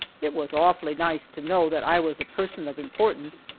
it was awfully nice to know that i was a person of importance,